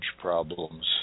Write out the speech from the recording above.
problems